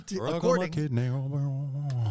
According